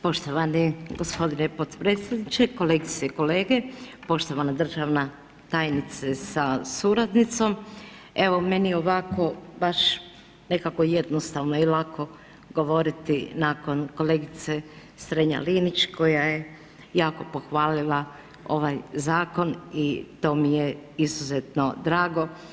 Poštovani gospodine podpredsjedniče, kolegice i kolege, poštovana državna tajnice sa suradnicom, evo meni je ovako baš nekako jednostavno i lako govoriti nakon kolegice Strenja Linić koja je jako pohvalila ovaj zakon i to mi je izuzetno drago.